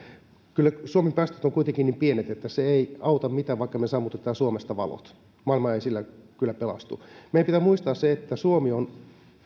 kyllä suomen päästöt ovat kuitenkin niin pienet että se ei auta mitään vaikka me sammutamme suomesta valot maailma ei sillä kyllä pelastu meidän pitää muistaa se että suomi on